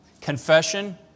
Confession